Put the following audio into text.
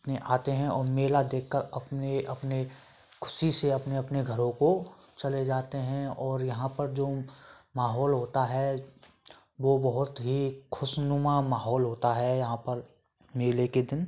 ने आते हैं और मेला देखकर अपने अपने खुशी से अपने अपने घरों को चले जाते हैं और यहाँ पर जो माहौल होता है वो बहुत ही खुशनुमा माहौल होता है यहाँ पर मेले के दिन